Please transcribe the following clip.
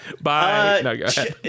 Bye